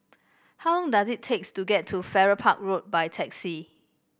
how long does it takes to get to Farrer Park Road by taxi